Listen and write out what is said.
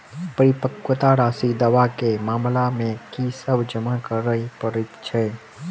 परिपक्वता राशि दावा केँ मामला मे की सब जमा करै पड़तै छैक?